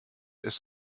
ist